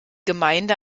gemeinde